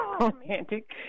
romantic